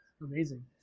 Amazing